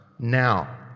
Now